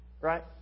Right